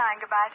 Goodbye